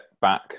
back